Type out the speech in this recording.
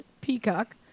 Peacock